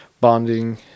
bonding